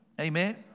Amen